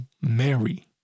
Mary